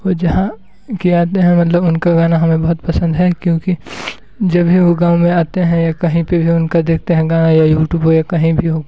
जहाँ के आते हैं मतलब उनका गाना हमें बहुत पसंद है क्योंकि जब भी वो गाँव में आते हैं या कहीं पे भी उनका देखते हैं गाँव या यूट्यूब हो या कहीं भी हो